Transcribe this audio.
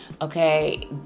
okay